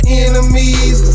enemies